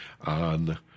on